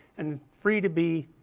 and free to be,